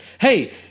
hey –